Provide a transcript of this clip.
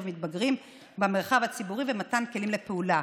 מתבגרים במרחב הציבורי ומתן כלים לפעולה.